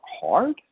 hard